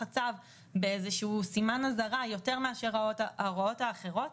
הצו באיזשהו סימן אזהרה יותר מאשר הוראות אחרות,